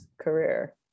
career